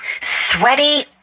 sweaty